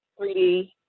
3D